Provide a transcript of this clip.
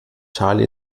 charlie